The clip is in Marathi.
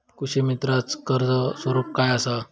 कृषीमित्राच कर्ज स्वरूप काय असा?